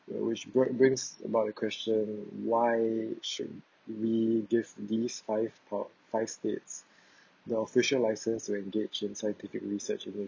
which always bright brings about the question why should we give these five par five states the official license to engage in scientific research in